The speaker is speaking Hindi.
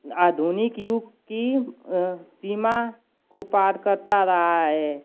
आधुनिक युग की सीमा को पार करता रहा है त्र